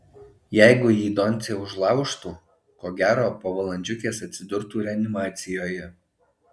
jeigu jį doncė užlaužtų ko gero po valandžiukės atsidurtų reanimacijoje